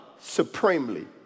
supremely